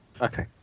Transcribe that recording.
Okay